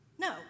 No